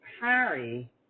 Harry